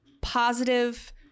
positive